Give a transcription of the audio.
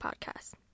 podcast